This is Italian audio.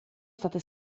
state